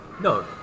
No